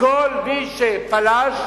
לכל מי שפלש,